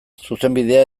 zuzenbidea